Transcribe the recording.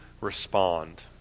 respond